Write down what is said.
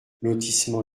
lotissement